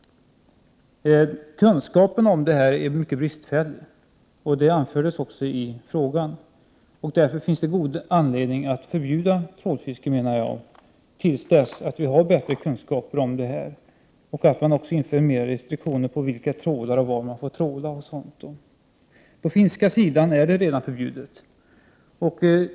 Kunskaperna härvidlag är mycket bristfälliga. Det anfördes också i frågan. Därför finns det god anledning att förbjuda trålfiske, menar jag, tills vi har bättre kunskaper och införa mera restriktioner vad gäller trålare. På finska sidan är det redan förbjudet.